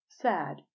Sad